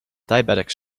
diabetics